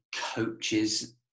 coaches